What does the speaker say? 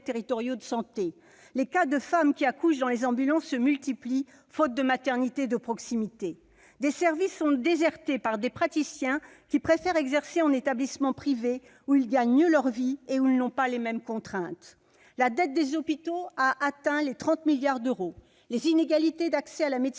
de santé. Les cas de femmes accouchant dans les ambulances se multiplient, faute de maternités de proximité. Des services sont désertés par des praticiens, qui préfèrent exercer en établissement privé où ils gagnent mieux leur vie et où ils n'ont pas les mêmes contraintes. La dette des hôpitaux a atteint les 30 milliards d'euros. Les inégalités d'accès à la médecine